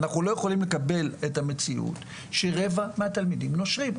אנחנו לא יכולים לקבל את המציאות שרבע מהתלמידים נושרים.